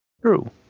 True